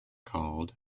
called